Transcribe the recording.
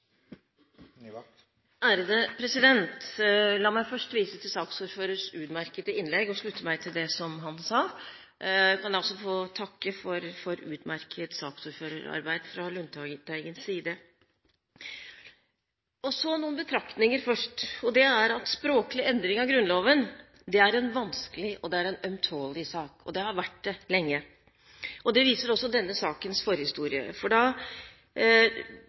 refererte til. La meg først vise til saksordførerens utmerkede innlegg, og slutte meg til det han sa. Jeg vil også takke for utmerket saksordførerarbeid fra representanten Lundteigens side. Noen betraktninger først: Språklig endring av Grunnloven er en vanskelig og ømtålig sak – og den har vært det lenge. Det viser også denne sakens forhistorie. Da